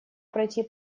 пройти